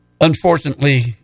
unfortunately